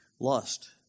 lust